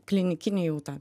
klinikinį jau tą